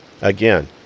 Again